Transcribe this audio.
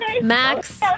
Max